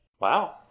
Wow